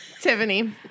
Tiffany